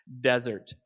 desert